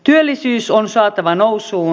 työllisyys on saatava nousuun